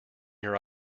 your